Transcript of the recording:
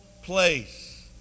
Place